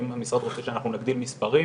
האם המשרד רוצה שאנחנו נגדיל מספרים.